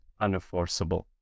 unenforceable